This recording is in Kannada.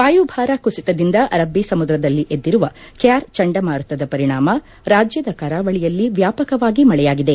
ವಾಯುಭಾರ ಕುಸಿತದಿಂದ ಅರಬ್ಬ ಸಮುದ್ರದಲ್ಲಿ ಎದ್ದಿರುವ ಕ್ಕಾರ್ ಚಂಡಮಾರುತದ ಪರಿಣಾಮ ರಾಜ್ಕದ ಕರಾವಳಿಯಲ್ಲಿ ವ್ಯಾಪಕವಾಗಿ ಮಳೆಯಾಗಿದೆ